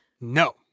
No